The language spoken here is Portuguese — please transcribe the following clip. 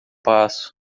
passo